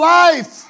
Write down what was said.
life